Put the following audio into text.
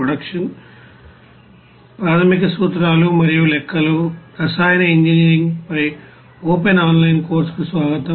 ప్రాథమిక సూత్రాలు మరియు లెక్కలు మరియు రసాయన ఇంజనీరింగ్పై ఓపెన్ ఆన్లైన్ కోర్సుకు స్వాగతం